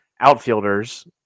outfielders